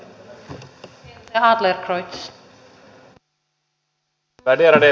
tämä on hyvä tie